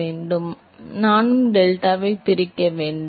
மாணவன் ஐயா நானும் அந்த டெல்டாவை பிரிக்க வேண்டும்